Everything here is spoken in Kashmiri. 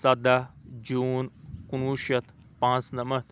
ژۄداہ جوٗن کُنوُہ شَتھ پانٛژ نَمَتھ